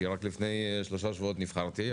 כי רק לפני שלושה שבועות נבחרתי,